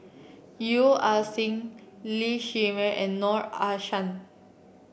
Yeo Ah Seng Lee Shermay and Noor Aishah